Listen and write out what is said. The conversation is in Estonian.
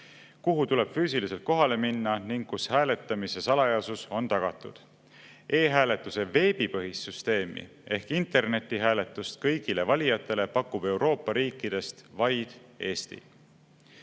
kuhu tuleb füüsiliselt kohale minna ning kus hääletamise salajasus on tagatud. E-hääletuse veebipõhist süsteemi ehk internetihääletust kõigile valijatele pakub Euroopa riikidest vaid Eesti.